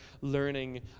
learning